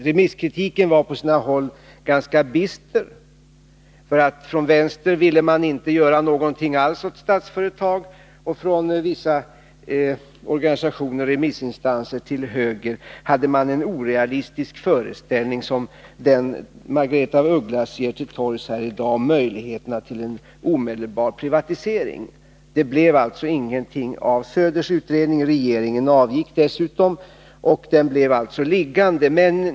Remisskritiken var på sina håll ganska bister. Från vänster ville man inte göra någonting alls åt Statsföretag, och från vissa remissinstanser till höger hade man samma orealistiska föreställning som den Margaretha af Ugglas fört till torgs här i dag om möjligheterna till omedelbar privatisering. Den Söderska utredningen blev liggande, bl.a. därför att regeringen avgick.